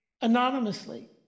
anonymously